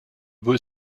beau